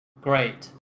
great